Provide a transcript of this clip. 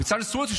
בצלאל סמוטריץ',